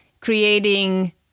creating